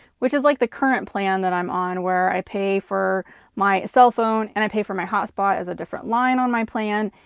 which is like the current plan that i'm on where i pay for my cell phone and i pay for my hotspot as a different line on my plan,